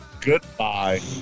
goodbye